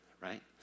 right